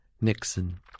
Nixon